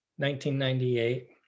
1998